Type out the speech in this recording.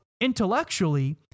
intellectually